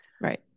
Right